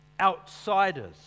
outsiders